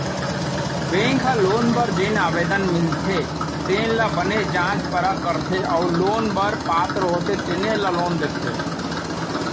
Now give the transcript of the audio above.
bank ह loan बर जेन आवेदन मिलथे तेन ल बने जाँच परख करथे अउ लोन बर पात्र होथे तेन ल लोन देथे